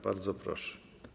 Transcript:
Bardzo proszę.